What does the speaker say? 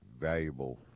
valuable